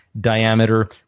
diameter